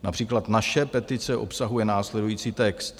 Například naše petice obsahuje následující text: